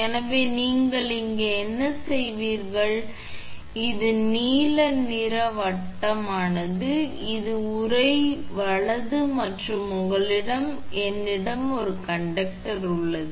எனவே நீங்கள் இங்கே என்ன செய்வீர்கள் இது நீல நிறங்கள் வட்டமானது இது உறை வலது மற்றும் உங்களிடம் என்னிடம் ஒரு கண்டக்டர் உள்ளது